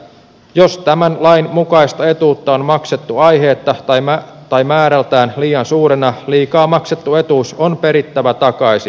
jos tämän lain mukaista etuutta on maksettu aiheetta tai määrältään liian suurena liikaa maksettu etuus on perittävä takaisin